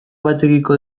batekiko